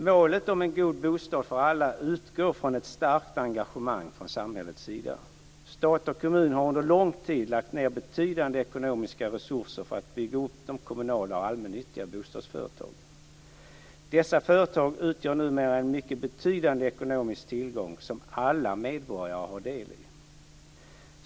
Målet om en god bostad för alla utgår från ett starkt engagemang från samhällets sida. Stat och kommun har under lång tid lagt ned betydande ekonomiska resurser för att bygga upp de kommunala och allmännyttiga bostadsföretagen. Dessa företag utgör numera en mycket betydande ekonomisk tillgång som alla medborgare har del i.